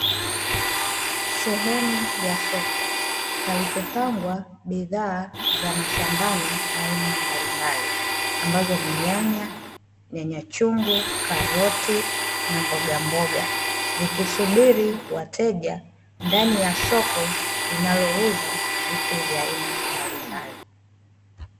Sehemu ya soko palipopangwa bidhaa za mashambani aina mbalimbali, ambazo ni: nyanya, nyanya chungu, karoti na mbogamboga; zikisubiri wateja ndani ya soko linalouza vitu vya aina mbalimbali.